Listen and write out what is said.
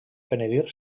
penedir